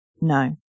No